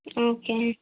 okay